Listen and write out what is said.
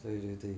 对对对